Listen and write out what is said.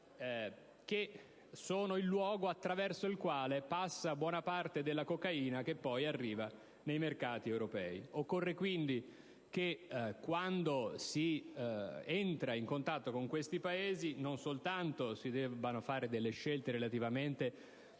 che sono il luogo attraverso il quale passa buona parte della cocaina che poi arriva sui mercati europei. Occorre quindi, quando si entra in contatto con questi Paesi, che si facciano scelte non solo relativamente